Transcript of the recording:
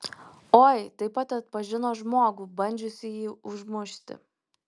oi taip pat atpažino žmogų bandžiusįjį užmušti